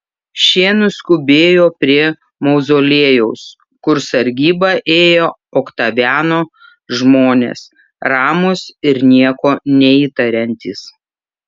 šie nuskubėjo prie mauzoliejaus kur sargybą ėjo oktaviano žmonės ramūs ir nieko neįtariantys